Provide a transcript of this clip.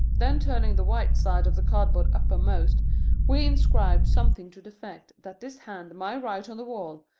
then turning the white side of the cardboard uppermost we inscribe something to the effect that this hand may write on the wall,